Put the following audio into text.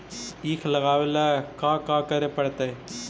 ईख लगावे ला का का करे पड़तैई?